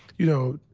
you know,